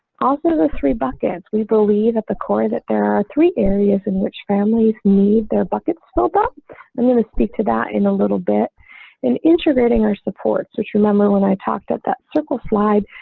also, the three buckets. we believe that the core that there are three areas in which families need their bucket. so but i'm going to speak to that in a little bit and integrating our support, which remember when i talked at that circle slide.